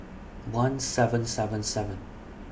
one seven seven seven